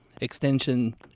extension